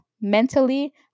mentally